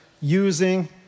using